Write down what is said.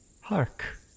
Hark